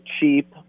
cheap